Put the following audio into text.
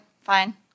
fine